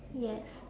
yes